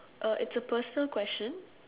uh it's a personal question